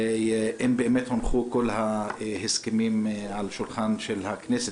אם באמת הונחו כל ההסכמים על שולחן הכנסת,